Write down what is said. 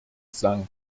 sank